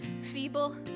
Feeble